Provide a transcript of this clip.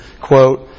quote